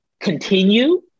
continue